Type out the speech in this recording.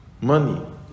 money